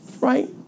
right